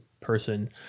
person